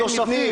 נוספים.